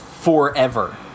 forever